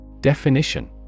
Definition